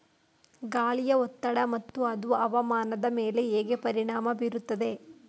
ಗಾಳಿಯ ಒತ್ತಡ ಮತ್ತು ಅದು ಹವಾಮಾನದ ಮೇಲೆ ಹೇಗೆ ಪರಿಣಾಮ ಬೀರುತ್ತದೆ?